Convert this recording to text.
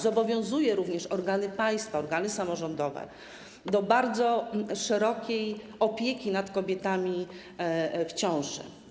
Zobowiązuje również organy państwa, organy samorządowe do bardzo szerokiej opieki nad kobietami w ciąży.